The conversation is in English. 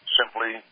simply